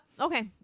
Okay